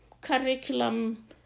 curriculum